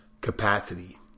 capacity